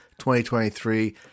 2023